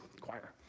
choir